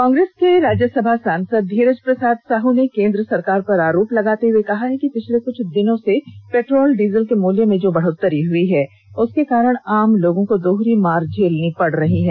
कांग्रेस के राज्यसभा सांसद धीरज प्रसाद साहू ने केन्द्र सरकार पर आरोप लगाते हुए कहा है पिछले कृछ दिनों से पेट्रोल डीजल के मूल्य में जो बढ़ोत्तरी हुई है उसके कारण आम लोगों को दोहरी मार झेलनी पड़ रही है